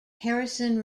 harrison